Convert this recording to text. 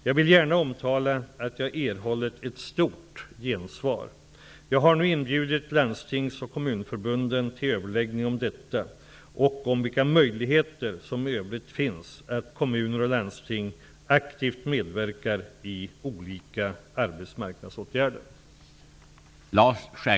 Jag vill gärna omtala att jag har erhållit ett stort gensvar. Jag har nu inbjudit Landstings och Kommunförbunden till överläggning om detta och om vilka möjligheter som i övrigt finns att kommuner och landsting aktivt medverkar i olika arbetsmarknadsåtgärder.